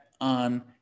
on